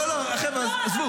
--- לא, לא, חבר'ה, עזבו.